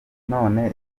none